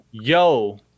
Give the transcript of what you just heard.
Yo